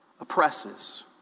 oppresses